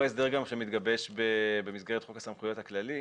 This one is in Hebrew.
הוא ההסדר שמתגבש במסגרת חוק הסמכויות הכללי,